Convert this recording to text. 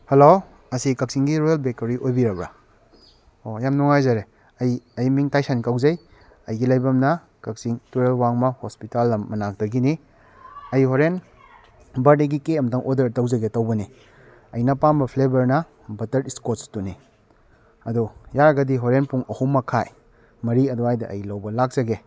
hello ꯑꯁꯤ ꯀꯛꯆꯤꯡꯒꯤ royal bakery ꯑꯣꯏꯕꯤꯔꯕ꯭ꯔꯥ ꯑꯣ ꯌꯥꯝ ꯅ ꯅꯨꯡꯉꯥꯏꯖꯔꯦ ꯑꯩ ꯑꯩꯒꯤ ꯃꯤꯡ ꯇꯥꯏꯁꯟ ꯀꯧꯖꯩ ꯑꯩꯒꯤ ꯂꯩꯐꯝꯅ ꯀꯛꯆꯤꯡ ꯇꯨꯔꯦꯜ ꯋꯥꯡꯃ ꯍꯣꯁꯄꯤꯇꯥꯜ ꯃꯅꯥꯛꯇꯒꯤꯅꯤ ꯑꯩ ꯍꯣꯔꯦꯟ ꯕꯥꯔꯗꯦꯒꯤ ꯀꯦꯛ ꯑꯝꯇꯪ ꯑꯣꯗꯔ ꯇꯧꯖꯒꯦ ꯇꯧꯕꯅꯤ ꯑꯩꯅ ꯄꯥꯝꯕ ꯐ꯭ꯂꯦꯕꯔꯅ ꯕꯇꯔ ꯏꯁꯀꯣꯁꯇꯨꯅꯤ ꯑꯗꯣ ꯌꯥꯔꯒꯗꯤ ꯍꯣꯔꯦꯟ ꯄꯨꯡ ꯑꯍꯨꯝ ꯃꯈꯥꯏ ꯃꯔꯤ ꯑꯗꯨꯋꯥꯏꯗ ꯑꯩ ꯂꯧꯕ ꯂꯥꯛꯆꯒꯦ